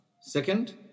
Second